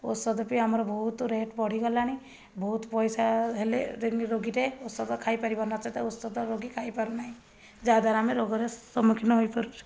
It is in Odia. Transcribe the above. ଔଷଧ ବି ଆମର ବହୁତ ରେଟ୍ ବଢ଼ିଗଲାଣି ବହୁତ ପଇସା ହେଲେ ଯାଇକି ରୋଗୀଟେ ଔଷଧ ଖାଇପାରିବ ନଚେତ୍ ଔଷଧ ରୋଗୀ ଖାଇପାରୁନାହିଁ ଯାହାଦ୍ଵାରା ଆମେ ରୋଗରେ ସମ୍ମୁଖୀନ ହୋଇପାରୁଛୁ